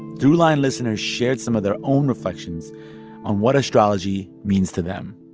throughline listeners shared some of their own reflections on what astrology means to them